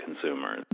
consumers